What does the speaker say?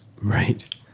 Right